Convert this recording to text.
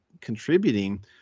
contributing